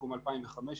סיכום 2015,